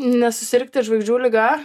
nesusirgti žvaigždžių liga